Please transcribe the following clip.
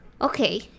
Okay